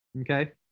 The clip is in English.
Okay